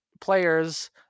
players